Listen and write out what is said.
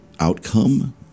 outcome